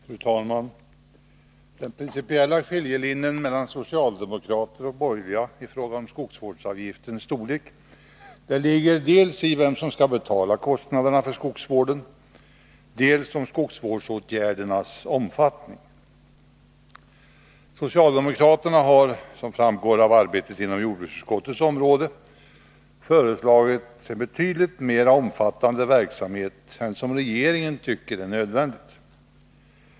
Fru talman! Den principiella skiljelinjen mellan socialdemokrater och borgerliga i fråga om skogsvårdsavgiftens storlek ligger dels i vem som skall betala kostnaderna för skogsvården, dels i skogsvårdsåtgärdernas omfattning. Socialdemokraterna har, som framgått av arbetet inom jordbruksutskottets område, föreslagit en betydligt mera omfattande verksamhet än den som regeringen tycker är nödvändig.